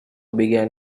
began